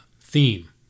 theme